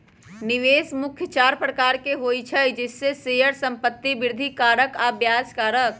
निवेश मुख्य चार प्रकार के होइ छइ जइसे शेयर, संपत्ति, वृद्धि कारक आऽ ब्याज कारक